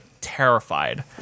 terrified